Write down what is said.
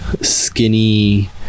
skinny